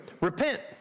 repent